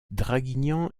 draguignan